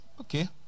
Okay